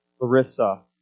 Larissa